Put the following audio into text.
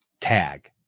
tag